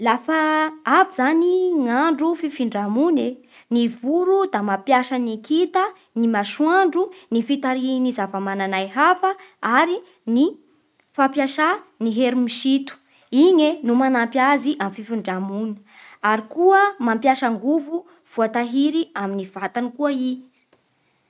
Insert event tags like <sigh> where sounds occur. Lafa <hesitation> avy zany <hesitation> gny andro fifindramogny e ny voro da mampiasa ny kita, ny masoandro ny fitarihin'ny zava-manan'ay hafa ary ny fampiasa ny hery misito. Igny e no manampy azy amin'ny fifindramonigna; ary koa mampiasa angovo voatahiry amin'ny vatany koa i.